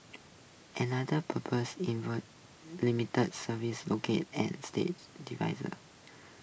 another proposal involves limiting service local and state